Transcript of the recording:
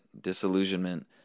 disillusionment